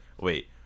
wait